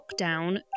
lockdown